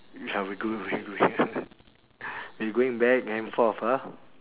ya we go we going we going back and forth ah